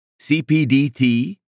CPDT